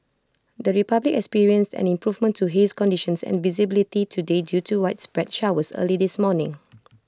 the republic experienced an improvement to haze conditions and visibility today due to widespread showers early this morning